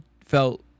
felt